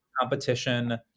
competition